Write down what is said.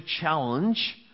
challenge